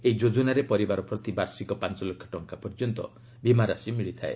ଏହି ଯୋଜନାରେ ପରିବାର ପ୍ରତି ବାର୍ଷିକ ପାଞ୍ଚ ଲକ୍ଷ ଟଙ୍କା ପର୍ଯ୍ୟନ୍ତ ବିମାରାଶି ମିଳିଥାଏ